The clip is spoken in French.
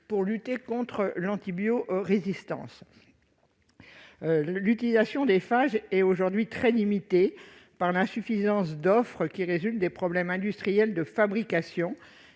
de lutte contre l'antibiorésistance. L'utilisation des phages est, à l'heure actuelle, très limitée par l'insuffisance d'offres résultant de problèmes industriels de fabrication